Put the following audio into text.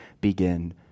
begin